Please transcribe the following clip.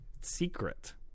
secret